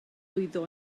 lwyddo